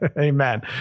Amen